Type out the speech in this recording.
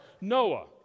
Noah